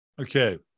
Okay